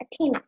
atina